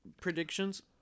predictions